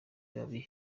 babi